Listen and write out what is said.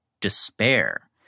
despair